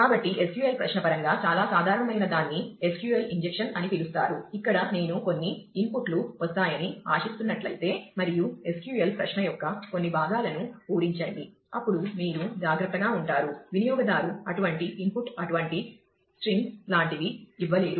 కాబట్టి SQL ప్రశ్న పరంగా చాలా సాధారణమైనదాన్ని SQL ఇంజెక్షన్ అని పిలుస్తారు ఇక్కడ నేను కొన్ని ఇన్పుట్లు వస్తాయని ఆశిస్తున్నట్లయితే మరియు SQL ప్రశ్న యొక్క కొన్ని భాగాలను పూరించండి అప్పుడు మీరు జాగ్రత్తగా ఉంటారు వినియోగదారు అటువంటి ఇన్పుట్ అటువంటి స్ట్రింగ్స్ల లాంటివి ఇవ్వలేరు